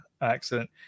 accident